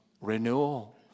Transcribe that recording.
renewal